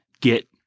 get